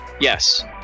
Yes